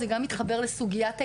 זה גם מתחבר לסוגיית ההתיישנות,